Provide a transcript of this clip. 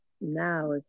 now